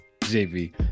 JV